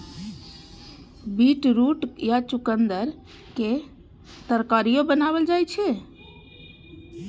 beetroot या चुकंदर के तरकारियो बनाएल जाइ छै